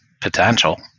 potential